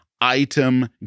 Item